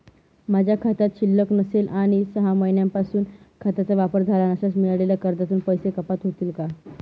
माझ्या खात्यात शिल्लक नसेल आणि सहा महिन्यांपासून खात्याचा वापर झाला नसल्यास मिळालेल्या कर्जातून पैसे कपात होतील का?